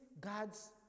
God's